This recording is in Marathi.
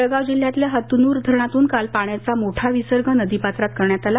जळगाव जिल्ह्यातल्या हतनूर धरणातून काल पाण्याचा मोठा विसर्ग नदी पात्रात करण्यात आला